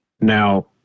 Now